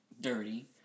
dirty